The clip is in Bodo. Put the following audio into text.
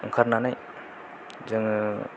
ओंखारनानै जोङो